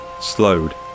slowed